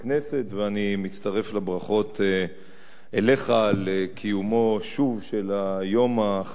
ואני מצטרף בברכות אליך על קיומו שוב של היום החשוב הזה.